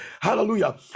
hallelujah